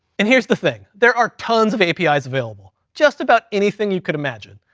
and here's the thing, there are tons of apis available just about anything you could imagine,